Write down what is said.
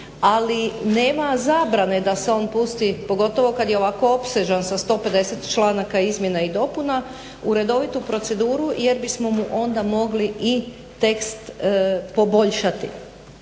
ali nema zabrane da se on pusti pogotovo kad je ovako opsežan sa 150 članaka izmjena i dopuna u redovitu proceduru jer bismo mu onda mogli i tekst poboljšati.